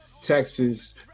Texas